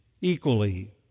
equally